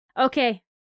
Okay